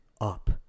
up